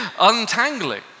untangling